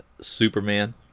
Superman